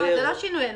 זה לא שינויי נוסח.